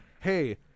hey